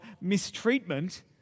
mistreatment